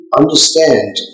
understand